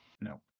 No